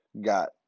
got